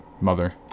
Mother